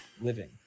living